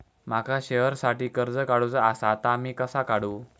माका शेअरसाठी कर्ज काढूचा असा ता मी कसा काढू?